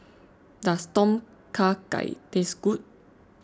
does Tom Kha Gai taste good